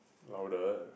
louder